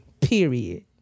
period